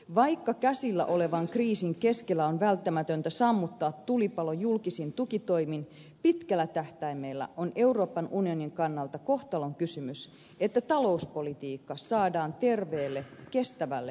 vaikka käsillä olevan kriisin keskellä on välttämätöntä sammuttaa tulipalo julkisin tukitoimin pitkällä tähtäimellä on euroopan unionin kannalta kohtalonkysymys että talouspolitiikka saadaan terveelle kestävälle perustalle